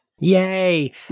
Yay